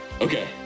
Okay